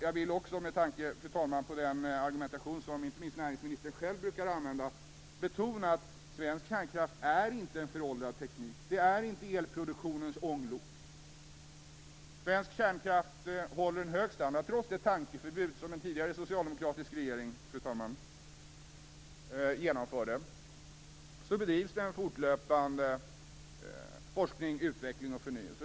Jag vill ockå med tanke, fru talman, på den argumentation som inte minst näringsministern själv brukar använda betona att svensk kärnkraft inte är någon föråldrad teknik. Den är inte elproduktionens ånglok. Svensk kärnkraft håller hög standard, Trots det tankeförbud som en tidigare socialdemokratisk regering genomförde bedrivs det en fortlöpande forskning, utveckling och förnyelse.